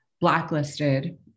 blacklisted